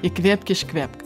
įkvėpk iškvėpk